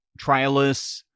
trialists